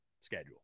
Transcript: schedule